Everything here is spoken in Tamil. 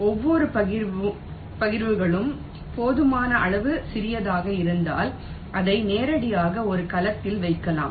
ஒவ்வொரு பகிர்வுகளும் போதுமான அளவு சிறியதாக இருப்பதால் அதை நேரடியாக ஒரு கலத்தில் வைக்கலாம்